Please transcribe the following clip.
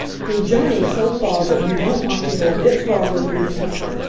we've journeyed so far that we don't want to go a bit farther if we can help it.